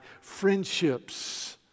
friendships